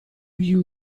you